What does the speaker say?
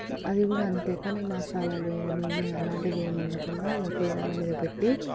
అది కూడా అంతే కానీ మసాలాలు నూనె అలాంటివి ఏమీ ఉండకుండా పొయ్యి రాళ్ళమీద పెట్టి